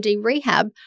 rehab